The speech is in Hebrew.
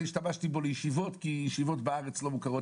השתמשתי בו לישיבות כי ישיבות בארץ לא מוכרות